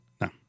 No